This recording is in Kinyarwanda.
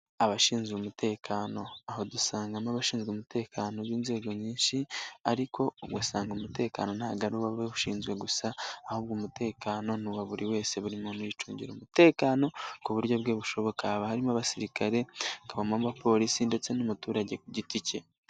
Abashinzwe umutekano, aho dusanga n'abashinzwe umutekano b'inzego nyinshi ariko ugasanga umutekano ntago ari uw'abawushinzwe gusa ahubwo umutekano ni uwa buri wese, buri muntu yicungira umutekano ku buryo bwe bushoboka haba harimo abasirikare, hakabamo abapolisi ndetse n'umuturage ku giti ke.